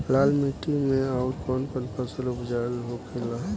लाल माटी मे आउर कौन कौन फसल उपजाऊ होखे ला?